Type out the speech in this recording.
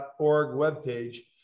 webpage